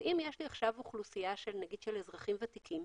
אם יש לי עכשיו אוכלוסייה של אזרחים ותיקים,